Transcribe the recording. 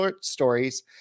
stories